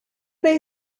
they